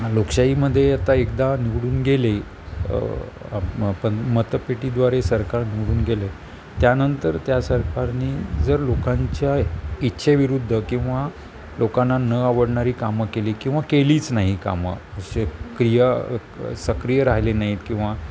लोकशाहीमध्ये आता एकदा निवडून गेले पण मतपेटीद्वारे सरकार निवडून गेले त्यानंतर त्या सरकारनी जर लोकांच्या इच्छे विरुद्ध किंवा लोकांना न आवडणारी कामं केली किंवा केलीच नाही कामं अशे क्रिया सक्रिय राहिले नाहीत किंवा